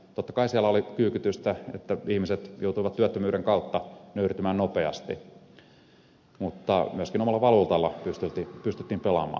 totta kai siellä oli kyykytystä ihmiset joutuivat työttömyyden kautta nöyrtymään nopeasti mutta myöskin omalla valuutalla pystyttiin pelaamaan